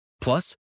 Plus